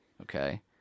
Okay